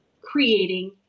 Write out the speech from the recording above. creating